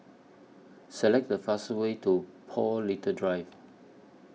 Select The fastest Way to Paul Little Drive